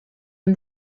and